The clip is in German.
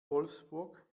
wolfsburg